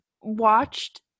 watched